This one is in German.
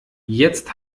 jetzt